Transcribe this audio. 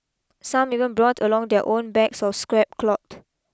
some even brought along their own bags of scrap cloth